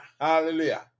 Hallelujah